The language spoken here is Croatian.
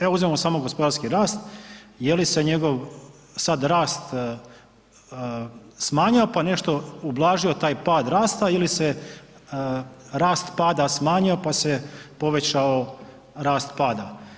Evo uzmimo samo gospodarski rast jeli se njegov sada rast smanjio pa nešto ublažio taj pad rasta ili se rast pada smanjio pa se povećao rast pada.